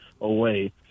away